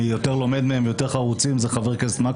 יותר לומד מהם ויותר חרוצים זה הוא,